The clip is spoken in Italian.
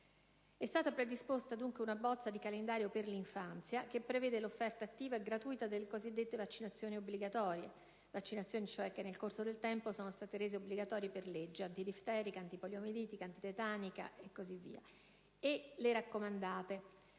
dunque, predisposta una bozza di calendario per l'infanzia che prevede l'offerta attiva e gratuita delle cosiddette vaccinazioni obbligatorie (vaccinazioni che nel corso del tempo sono state rese obbligatorie per legge come l'antidifterica, l'antipolimielitica, l'antitetanica e così via) e raccomandate